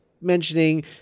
mentioning